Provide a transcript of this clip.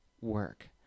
work